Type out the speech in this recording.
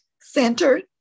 centered